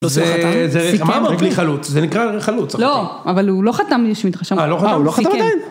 זה מה אמרתי חלוץ, זה נקרא חלוץ. לא, אבל הוא לא חתם לי שמתחשב. אה, הוא לא חתם עדיין?